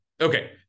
Okay